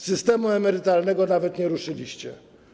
Systemu emerytalnego nawet nie ruszyliście.